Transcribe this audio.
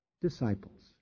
disciples